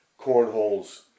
cornholes